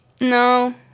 no